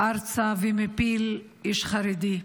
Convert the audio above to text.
ומפיל ארצה איש חרדי.